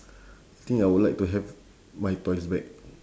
I think I would like to have my toys back